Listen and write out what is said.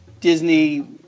Disney